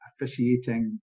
officiating